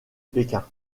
pékin